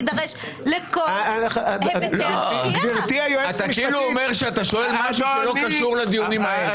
אתה כאילו אומר שאתה שואל משהו שלא קשור לדיונים האלה.